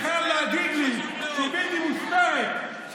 שאני חייב להגיד שהיא בלתי מוסברת,